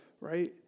right